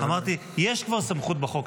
אמרתי: יש כבר סמכות בחוק,